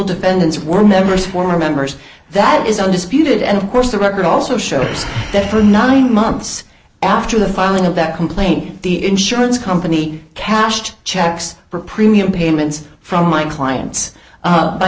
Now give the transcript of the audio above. defendants were never swore members that is undisputed and of course the record also shows that for nine months after the filing of that complaint the insurance company cashed checks for premium payments from my clients